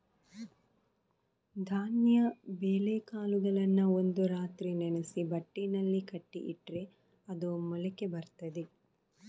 ಧಾನ್ಯ ಬೇಳೆಕಾಳುಗಳನ್ನ ಒಂದು ರಾತ್ರಿ ನೆನೆಸಿ ಬಟ್ಟೆನಲ್ಲಿ ಕಟ್ಟಿ ಇಟ್ರೆ ಅದು ಮೊಳಕೆ ಬರ್ತದೆ